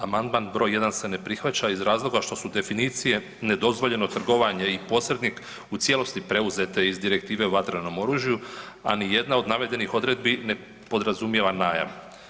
Amandman br. 1 se ne prihvaća iz istih razloga što su definicije nedozvoljeno trgovanje i posrednik u cijelosti preuzete iz Direktive o vatrenom oružju, a nijedna od navedenih odredbi ne podrazumijeva najam.